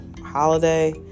holiday